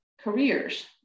careers